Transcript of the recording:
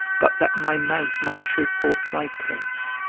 but that my mouth might show forth thy praise.